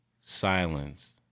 silence